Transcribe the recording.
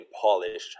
polished